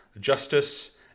justice